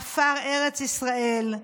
עפר ארץ ישראל,